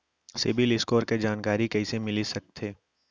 CIBIL score के जानकारी कइसे मिलिस सकथे?